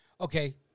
okay